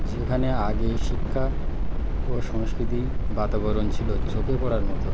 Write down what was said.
যেখানে আগে শিক্ষা ও সংস্কৃতি বাতাবরণ ছিল চোখে পড়ার মতো